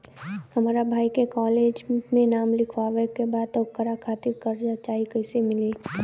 हमरा भाई के कॉलेज मे नाम लिखावे के बा त ओकरा खातिर कर्जा चाही कैसे मिली?